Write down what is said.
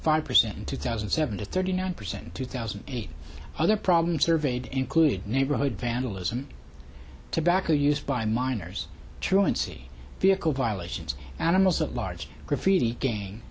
five percent in two thousand and seven to thirty nine percent two thousand and eight of the problem surveyed include neighborhood vandalism tobacco use by minors truancy vehicle violations animals a large graffiti gamin